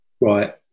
right